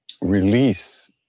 release